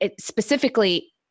Specifically